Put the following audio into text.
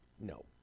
No